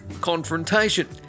confrontation